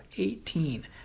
eighteen